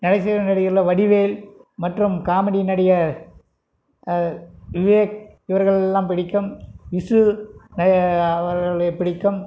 நகைச்சுவை நடிகர்களில் வடிவேல் மற்றும் காமெடி நடிகர் விவேக் இவர்கள் எல்லாம் பிடிக்கும் விசு அவர்களை பிடிக்கும்